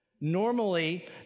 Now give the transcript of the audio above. Normally